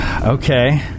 Okay